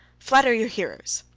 flatter your hearers.